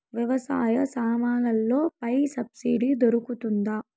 వ్యవసాయ సామాన్లలో పై సబ్సిడి దొరుకుతుందా?